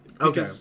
Okay